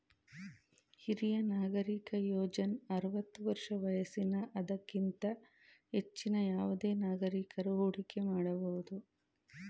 ಹಿರಿಯ ನಾಗರಿಕ ಯೋಜ್ನ ಆರವತ್ತು ವರ್ಷ ವಯಸ್ಸಿನ ಅದಕ್ಕಿಂತ ಹೆಚ್ಚಿನ ಯಾವುದೆ ನಾಗರಿಕಕರು ಹೂಡಿಕೆ ಮಾಡಬಹುದು